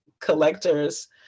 collectors